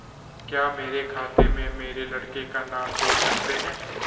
क्या मेरे खाते में मेरे लड़के का नाम जोड़ सकते हैं?